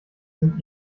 sind